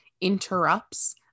interrupts